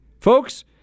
folks